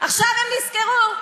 עכשיו הם נזכרו?